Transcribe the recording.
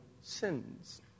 sins